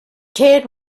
ted